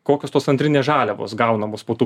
kokios tos antrinės žaliavos gaunamos būtų